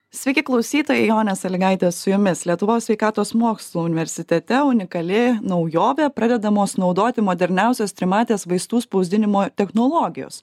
sveiki klausytojai jonė salygaitė su jumis lietuvos sveikatos mokslų universitete unikali naujovė pradedamos naudoti moderniausios trimatės vaistų spausdinimo technologijos